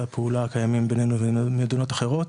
הפעולה הקיימים בינינו ומדינות אחרות.